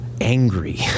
Angry